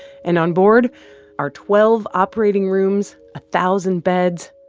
and onboard are twelve operating rooms, a thousand beds,